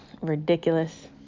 ridiculous